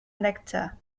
nectar